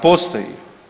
Postoji.